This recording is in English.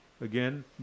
again